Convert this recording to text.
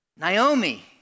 Naomi